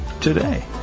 today